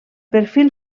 perfil